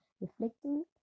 reflecting